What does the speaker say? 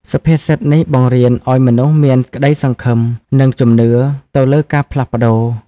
សុភាសិតនេះបង្រៀនឲ្យមនុស្សមាន ក្តីសង្ឃឹម និង ជំនឿ ទៅលើការផ្លាស់ប្តូរ។